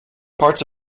parts